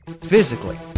physically